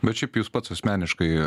bet šiaip jūs pats asmeniškai